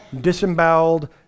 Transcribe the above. disemboweled